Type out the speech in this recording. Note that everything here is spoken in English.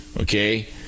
Okay